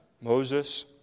Moses